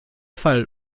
fall